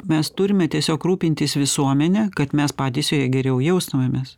mes turime tiesiog rūpintis visuomene kad mes patys joje geriau jaustumėmės